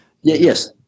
Yes